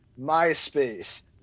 myspace